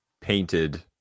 painted